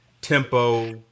tempo